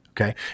okay